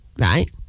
right